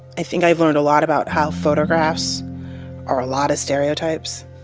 i think i've learned a lot about how photographs are a lot of stereotypes.